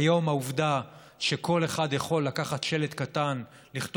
היום העובדה שכל אחד יכול לקחת שלט קטן ולכתוב